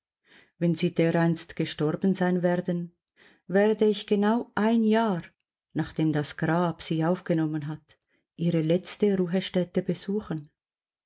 wenn sie dereinst gestorben sein werden werde ich genau ein jahr nachdem das grab sie aufgenommen hat ihre letzte ruhestätte besuchen